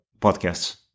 podcasts